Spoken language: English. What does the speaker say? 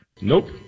Nope